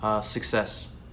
success